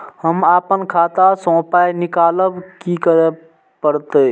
हम आपन खाता स पाय निकालब की करे परतै?